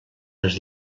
les